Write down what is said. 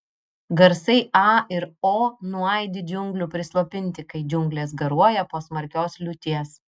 garsai a ir o nuaidi džiunglių prislopinti kai džiunglės garuoja po smarkios liūties